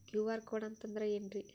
QR code ಅಂತಂದ್ರ ಏನ್ರೀ?